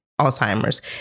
Alzheimer's